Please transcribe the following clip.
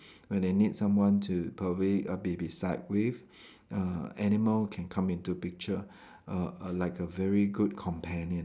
when they need someone to probably err be beside with uh animal can come into the picture a a like a very good companion